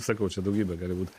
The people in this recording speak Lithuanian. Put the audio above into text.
sakau čia daugybė gali būti